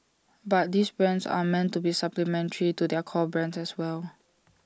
but these brands are meant to be supplementary to their core brands as well